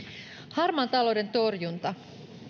harmaan talouden torjunta